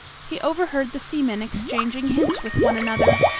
he overheard the seamen exchanging hints with one another,